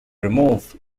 removed